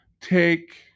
take